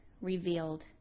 revealed